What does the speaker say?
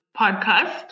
podcast